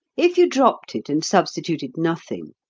if you dropped it and substituted nothing,